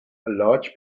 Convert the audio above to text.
large